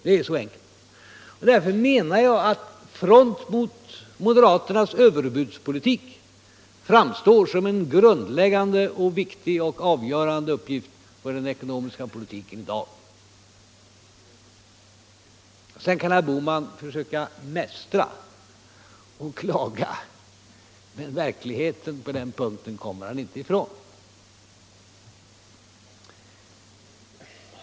Det är så enkelt, och därför menar jag att front mot moderaternas överbudspolitik framstår som en grundläggande och viktig och avgörande uppgift för den ekonomiska politiken i dag. Sedan kan herr Bohman försöka mästra och klaga, men verkligheten på den punkten kommer han inte ifrån.